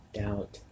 doubt